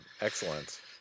Excellent